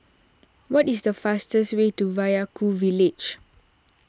what is the fastest way to Vaiaku Village